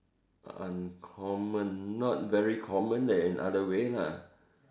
uncommon not very common leh in other way lah